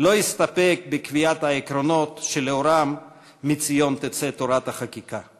לא הסתפק בקביעת העקרונות שלאורם מציון תצא תורת החקיקה.